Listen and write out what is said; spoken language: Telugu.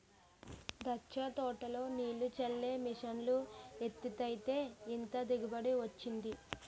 దాచ్చ తోటలో నీల్లు జల్లే మిసన్లు ఎట్టేత్తేనే ఇంత దిగుబడి వొచ్చింది